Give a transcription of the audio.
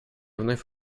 вновь